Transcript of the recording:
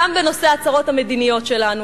גם בנושא הצרות המדיניות שלנו,